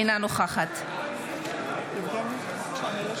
אינה נוכחת אני מבקש